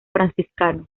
franciscano